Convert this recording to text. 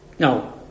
Now